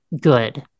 good